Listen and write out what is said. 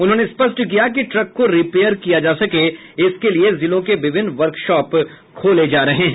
उन्होने स्पष्ट किया कि ट्रक को रिपेयर किया जा सके इसके लिए जिलों के विभिन्न वर्कशॉप खोले जा रहे हैं